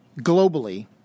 globally